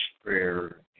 prayer